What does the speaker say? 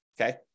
okay